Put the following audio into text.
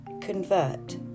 convert